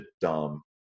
dumb